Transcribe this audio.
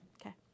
Okay